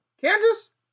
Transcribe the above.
Kansas